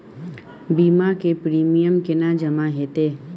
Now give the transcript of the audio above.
बीमा के प्रीमियम केना जमा हेते?